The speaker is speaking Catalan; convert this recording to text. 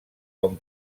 com